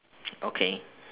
okay